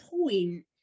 point